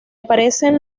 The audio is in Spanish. aparecen